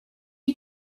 you